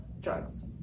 drugs